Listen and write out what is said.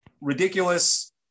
ridiculous